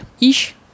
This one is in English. ish